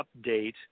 update